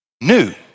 new